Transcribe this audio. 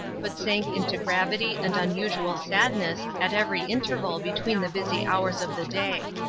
but sank into gravity and unusual sadness at every interval between the busy hours of the day.